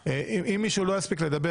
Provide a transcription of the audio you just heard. לדבר,